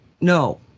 no